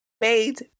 made